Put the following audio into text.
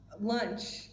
lunch